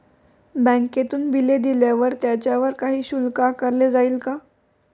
बँकेतून बिले दिल्यावर त्याच्यावर काही शुल्क आकारले जाईल का?